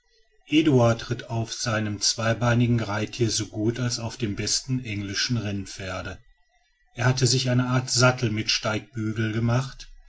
eduard ritt auf seinem zweibeinigen reittiere so gut als auf dem besten englichen rennpferde er hatte sich eine art sattel mit steigbügel gemacht